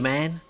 Man